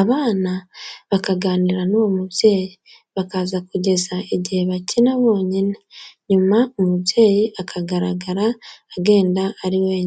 Abana bakaganira n'uwo mubyeyi, bakaza kugeza igihe bakina bonyine, nyuma umubyeyi akagaragara agenda ari wenyine.